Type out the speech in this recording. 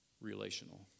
relational